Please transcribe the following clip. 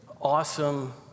awesome